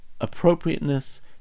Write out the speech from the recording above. appropriateness